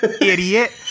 idiot